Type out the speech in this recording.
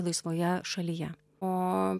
laisvoje šalyje o